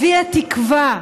הביאה תקווה,